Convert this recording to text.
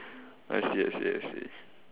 I see I see I see